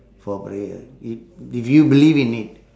for prayer i~ if you believe in it